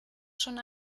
schon